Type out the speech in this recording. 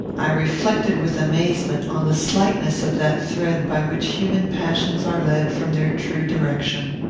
i reflected with amazement on the slightness of that thread by which human passions are led from their true direction.